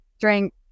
drink